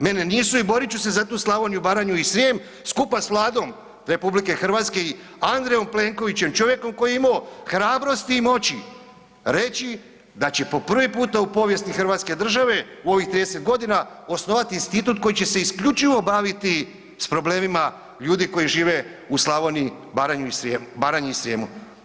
Mene nisu i borit ću se za tu Slavoniju, Baranju i Srijem skupa s Vladom RH i Andrejom Plenkovićem čovjekom koji je imao hrabrosti i moći reći da će po prvi puta u povijesti hrvatske države u ovih 30 godina osnovati institut koji će se isključivo baviti s problemima ljudi koji žive u Slavoniji, Baranji i Srijemu.